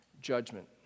judgment